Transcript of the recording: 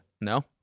No